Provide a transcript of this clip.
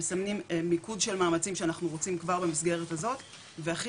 מסמנים מיקוד של מאמצים שאנחנו רוצים כבר במסגרת הזאת והכי